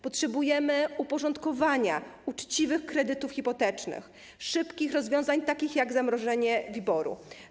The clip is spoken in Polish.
Potrzebujemy uporządkowania uczciwych kredytów hipotecznych, szybkich rozwiązań, takich jak zamrożenie WIBOR-u.